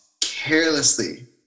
carelessly